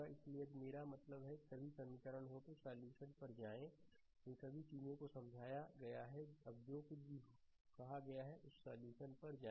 इसलिए यदि आप मेरा मतलब है कि ये सभी समीकरण हैं तो सॉल्यूशन पर जाएं इन सभी चीजों को समझाया गया है अब जो कुछ भी कहा गया है उस सॉल्यूशन पर जाएं